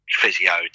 physio